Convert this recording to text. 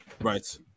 Right